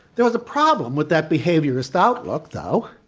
there was a problem with that behaviourist outlook, though,